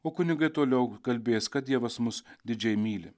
o kunigai toliau kalbės kad dievas mus didžiai myli